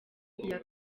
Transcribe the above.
iya